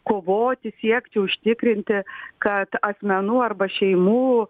kovoti siekti užtikrinti kad asmenų arba šeimų